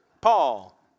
Paul